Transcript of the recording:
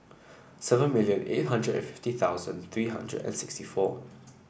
seven million eight hundred and fifty thousand three hundred and sixty four